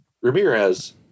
Ramirez